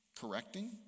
correcting